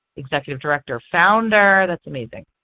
executive director, founder that's amazing.